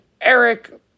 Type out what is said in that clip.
Eric